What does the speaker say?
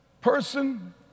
person